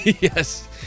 Yes